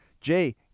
Jay